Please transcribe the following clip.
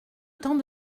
temps